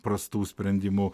prastų sprendimų